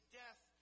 death